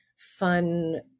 fun